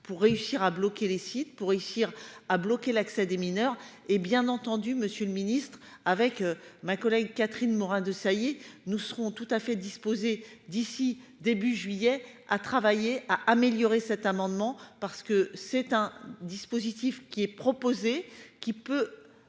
réussir à bloquer les sites pour réussir à bloquer l'accès des mineurs et bien entendu Monsieur le Ministre, avec ma collègue Catherine Morin-Desailly nous serons tout à fait disposé d'ici début juillet à travailler à améliorer cet amendement parce que c'est un dispositif qui est proposé, qui peut